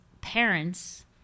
parents